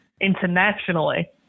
internationally